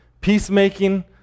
Peacemaking